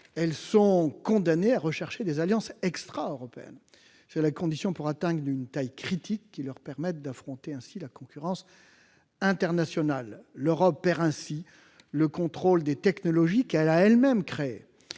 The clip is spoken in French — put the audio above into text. Elles sont condamnées à rechercher des alliances extraeuropéennes. C'est la condition pour atteindre une taille critique qui leur permette d'affronter la concurrence internationale. L'Europe perd ainsi le contrôle des technologies qu'elle a elle-même créées.